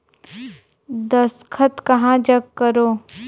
दस्खत कहा जग करो?